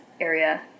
area